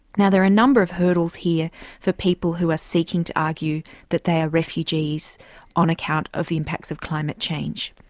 now, there are a number of hurdles here for people who are seeking to argue that they are refugees on account of the impacts of climate change.